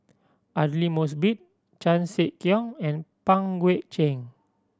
Aidli Mosbit Chan Sek Keong and Pang Guek Cheng